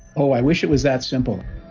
oh, i wish it was that simple.